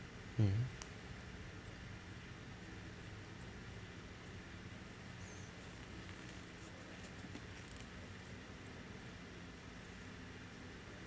mm